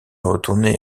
retourner